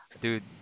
dude